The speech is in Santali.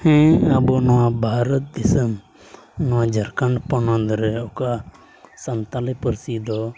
ᱦᱮᱸ ᱟᱵᱚ ᱱᱚᱣᱟ ᱵᱷᱟᱨᱚᱛ ᱫᱤᱥᱚᱢ ᱱᱚᱣᱟ ᱡᱷᱟᱲᱠᱷᱚᱸᱰ ᱯᱚᱱᱚᱛᱨᱮ ᱚᱠᱟ ᱥᱟᱱᱛᱟᱲᱤ ᱯᱟᱹᱨᱥᱤ ᱫᱚ